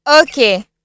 Okay